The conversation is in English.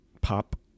pop